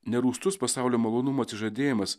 ne rūstus pasaulio malonumų atsižadėjimas